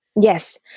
Yes